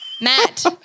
Matt